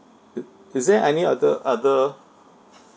i~ is there any other other